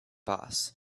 boss